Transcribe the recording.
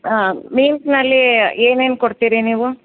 ಹಾಂ ಮೀಲ್ಸ್ನಲ್ಲಿ ಏನೇನು ಕೊಡ್ತಿರಿ ನೀವು